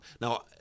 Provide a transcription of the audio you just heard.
Now